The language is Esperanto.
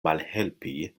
malhelpi